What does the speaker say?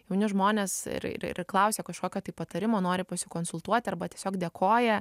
jauni žmonės ir ir ir klausia kažkokio tai patarimo nori pasikonsultuoti arba tiesiog dėkoja